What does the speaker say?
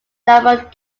numbered